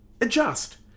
adjust